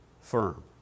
firm